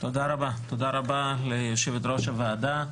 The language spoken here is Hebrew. תודה רבה ליושבת-ראש הוועדה,